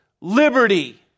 liberty